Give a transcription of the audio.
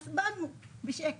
אז באנו בשקט.